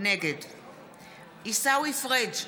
נגד עיסאווי פריג'